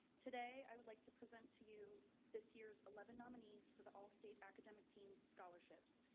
today, i would like to present to you this year's eleven nominees for the all state academic team scholarships.